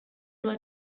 nur